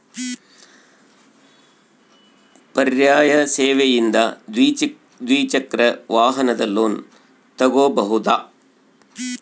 ಪರ್ಯಾಯ ಸೇವೆಯಿಂದ ದ್ವಿಚಕ್ರ ವಾಹನದ ಲೋನ್ ತಗೋಬಹುದಾ?